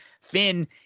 Finn